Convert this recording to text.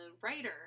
writer